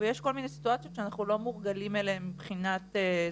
ויש כל מיני סיטואציות שאנחנו לא מורגלים אליהם מבחינת זה,